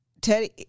Teddy